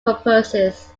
purposes